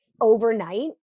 overnight